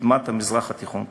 לקִדמת המזרח התיכון כולו".